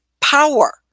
power